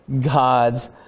God's